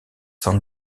san